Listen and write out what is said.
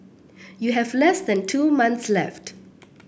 you have less than two months left